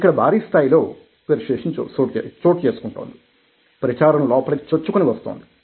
ఇక్కడ భారీ స్థాయిలో పెర్సుయేసన్ చోటుచేసుకుంటోంది ప్రచారం లోపలికి చొచ్చుకుని వస్తోంది